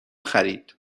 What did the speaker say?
خرید